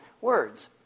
words